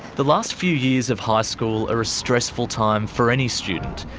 the last few years of high school are a stressful time for any student,